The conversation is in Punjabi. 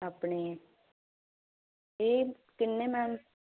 ਆਪਣੇ ਇਹ ਕਿੰਨੇ ਮੈਮ